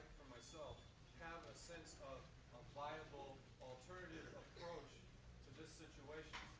for myself a sense of a viable alternative approach to this situation.